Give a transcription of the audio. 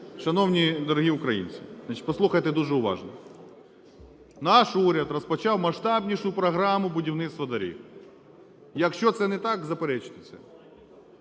шановні дорогі українці! Значить, послухайте дуже уважно. Наш уряд розпочав масштабнішу програму будівництва доріг. Якщо це не так – заперечте це.